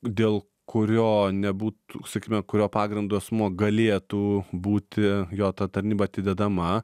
dėl kurio nebūt sakime kurio pagrindu asmuo galėtų būti jo ta tarnyba atidedama